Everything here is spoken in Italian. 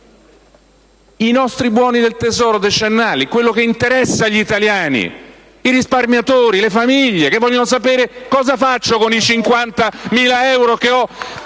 I nostri buoni del tesoro decennali, ecco quello che interessa agli italiani, ai risparmiatori, alle famiglie che vogliono sapere cosa fare con i 50.000 euro che